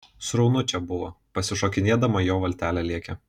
sraunu čia buvo pasišokinėdama jo valtelė lėkė